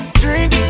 drink